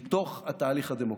מתוך התהליך הדמוקרטי,